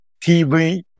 TV